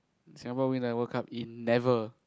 Singapore win the World Cup in never